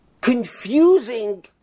confusing